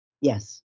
Yes